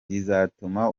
rizatuma